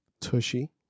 Tushy